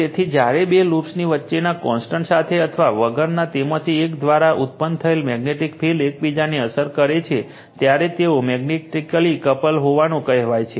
તેથી જ્યારે બે લૂપ્સની વચ્ચેના કોન્ટેક્ટ સાથે અથવા વગરના તેમાંથી એક દ્વારા ઉત્પન્ન થયેલ મેગ્નેટિક ફિલ્ડ એકબીજાને અસર કરે છે ત્યારે તેઓ મેગ્નેટિકલી કપલ્ડ હોવાનું કહેવાય છે